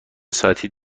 ساعتی